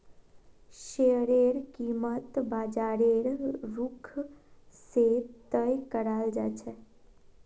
शेयरेर कीमत बाजारेर रुख से तय कराल जा छे